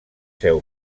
féu